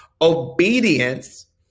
obedience